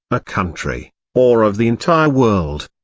a country, or of the entire world.